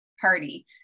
party